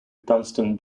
dunstan